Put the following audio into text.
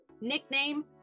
nickname